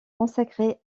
consacrée